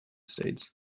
states